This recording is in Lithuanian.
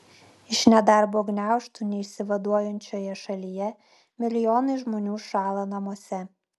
iš nedarbo gniaužtų neišsivaduojančioje šalyje milijonai žmonių šąla namuose